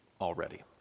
already